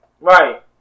Right